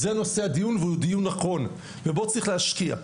זה נושא הדיון והוא דיון נכון ובו צריך להשקיע.